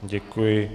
Děkuji.